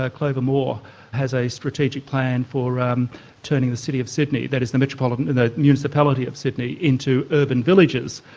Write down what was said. ah clover moore has a strategic plan for um turning the city of sydney, that is the metropolitan and municipality of sydney into urban villages.